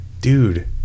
dude